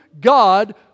God